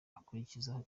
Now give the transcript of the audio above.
akurikizaho